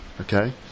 Okay